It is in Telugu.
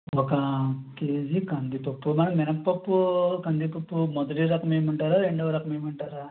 ఒక కేజీ కందిపప్పు మేడం మినప్పప్పు కందిపప్పు మొదటి రకం వేయమంటారా రెండవ రకం వేయమంటారా